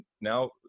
now